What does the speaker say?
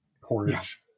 Porridge